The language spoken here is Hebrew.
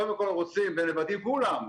קודם כל רוצים בנבטים כולם,